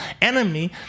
enemy